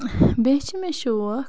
بیٚیہِ چھِ مےٚ شوق